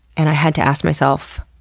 and i had to ask myself,